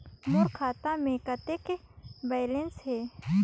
मोर खाता मे कतेक बैलेंस हे?